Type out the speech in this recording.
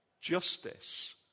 justice